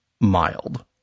mild